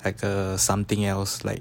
like err something else like